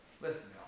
listen